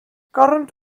current